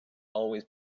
always